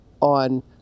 on